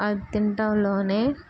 అది తింటంలోనే